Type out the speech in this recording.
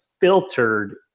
filtered